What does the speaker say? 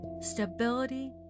stability